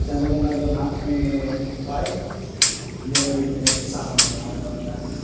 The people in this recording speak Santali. ᱪᱟᱸᱫᱚ ᱵᱚᱸᱜᱟ ᱫᱚ ᱱᱟᱦᱟᱸᱜ ᱮ ᱵᱟᱭ ᱧᱮᱞ ᱢᱮ ᱥᱟᱦᱟᱣ ᱢᱮᱭᱟ ᱚᱱᱮ ᱚᱱᱠᱟ